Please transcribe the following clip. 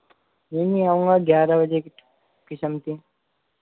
जी मैं आऊँगा ग्यारह बजे के समथिंग